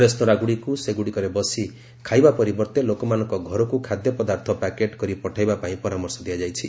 ରେସ୍ତୋରାଁଗୁଡ଼ିକୁ ସେଗୁଡ଼ିକରେ ବସି ଖାଇବା ପରିବର୍ତ୍ତେ ଲୋକମାନଙ୍କ ଘରକୁ ଖାଦ୍ୟପଦାର୍ଥ ପ୍ୟାକେଟ୍ କରି ପଠାଇବା ପାଇଁ ପରାମର୍ଶ ଦିଆଯାଇଛି